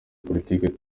politiki